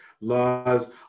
laws